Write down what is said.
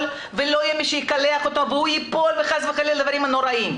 ולא יהיה מי שיקלח אותו והוא יפול וחס וחלילה עוד דברים נוראיים.